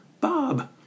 Bob